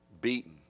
beaten